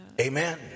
Amen